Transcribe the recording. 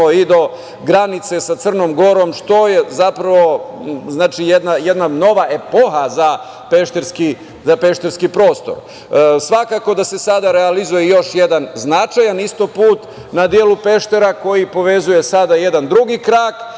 i do granice sa Crnom Gorom, što je zapravo jedna nova epoha za pešterski prostor. Svakako da se sada realizuje još jedan značajan isto put na delu Peštera koji povezuje sada jedan drugi krak